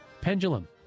Pendulum